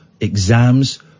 exams